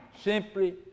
simply